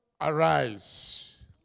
Arise